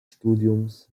studiums